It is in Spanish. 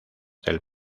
del